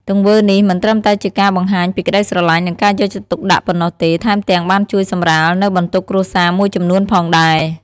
ទង្វើនេះមិនត្រឹមតែជាការបង្ហាញពីក្ដីស្រឡាញ់ និងការយកចិត្តទុកដាក់ប៉ុណ្ណោះទេ ថែមទាំងបានជួយសម្រាលនៅបន្ទុកគ្រួសារមួយចំនួនផងដែរ។